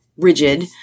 rigid